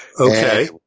Okay